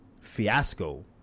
fiasco